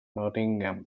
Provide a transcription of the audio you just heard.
nottingham